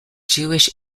jewish